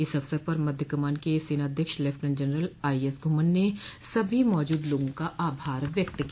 इस अवसर पर मध्य कमान के सेनाध्यक्ष लेफ्टिनेंट जनरल आईएस घुमन ने सभी मौजूद लोगों का आभार व्यक्त किया